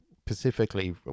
specifically